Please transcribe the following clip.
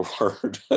word